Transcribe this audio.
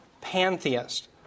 pantheist